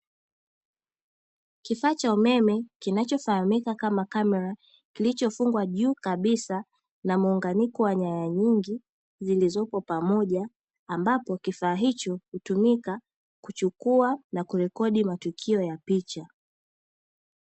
Kifaa cha umeme kinachofahamika kama kamera, kilichofungwa juu kabisa na muunganiko wa nyaya nyingi zilizopo pamoja. Ambapo kifaa hicho hutumika kuchukua na kurekodi matukio ya picha.